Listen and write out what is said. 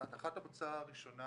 הנחת המוצא הראשונה